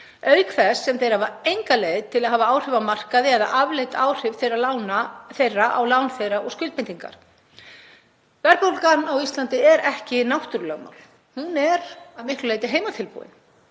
auk þess sem þeir hafa enga leið til að hafa áhrif á markaði eða afleidd áhrif á lán þeirra og skuldbindingar. Verðbólgan á Íslandi er ekki náttúrulögmál. Hún er að miklu leyti heimatilbúin.